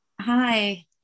Hi